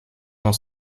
dans